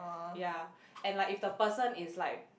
ya and like if the person is like